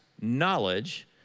knowledge